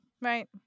right